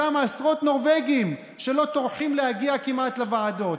אותם עשרות נורבגים שלא טורחים להגיע כמעט לוועדות,